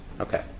Okay